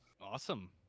awesome